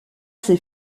ses